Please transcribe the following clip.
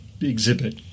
exhibit